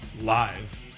live